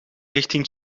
richting